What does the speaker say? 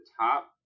top